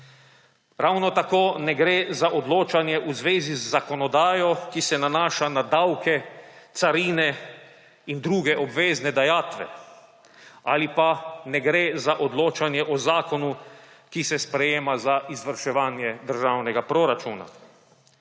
Ravno tako ne gre za odločanje v zvezi z zakonodajo, ki se nanaša na davke, carine in druge obvezne dajatve; ali pa ne gre za odločanje o zakonu, ki se sprejema za izvrševanje državnega proračuna.